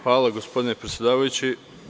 Hvala gospodine predsedavajući.